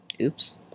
oops